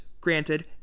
granted